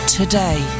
today